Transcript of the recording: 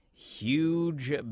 Huge